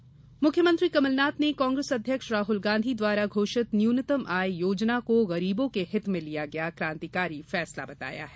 कांग्रेस योजना मुख्यमंत्री कमलनाथ ने कांग्रेस अध्यक्ष राहुल गांधी द्वारा घोषित न्यूनतम आय योजना को गरीबों के हित में लिया गया कांतिकारी फैसला बताया है